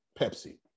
Pepsi